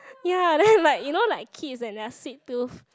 ya then like you know like kids and their sweet tooth